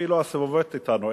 אפילו הסובבות אותנו,